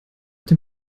dem